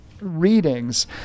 readings